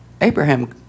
Abraham